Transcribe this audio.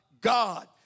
God